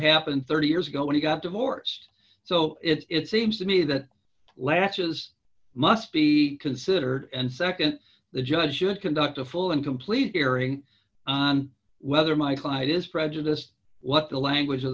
happened thirty years ago when he got divorced so it seems to me that latches must be considered and nd the judge should conduct a full and complete hearing on whether my client is prejudiced what the language of